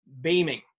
beaming